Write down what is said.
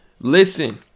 Listen